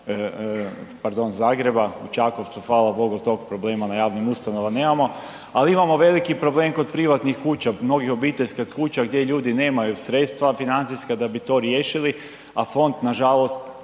pardon Zagreba, u Čakovcu hvala bogu tog problema na javnim ustanovama nemamo, ali imamo veliki problem kod privatnih kuća mnogih obiteljskih kuća gdje ljudi nemaju sredstva financijska da bi to riješili, a fond nažalost